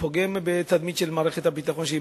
פוגעים בתדמית של מערכת הביטחון,